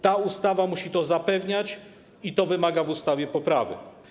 Ta ustawa musi to zapewniać i to wymaga w ustawie poprawy.